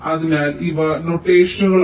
അതിനാൽ ഇവ നൊട്ടേഷനുകളാണ്